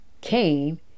came